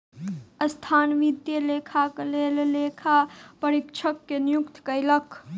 संस्थान वित्तीय लेखाक लेल लेखा परीक्षक के नियुक्ति कयलक